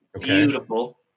Beautiful